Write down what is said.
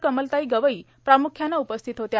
कमलताई गवई प्रामुख्यान उपस्थित होत्या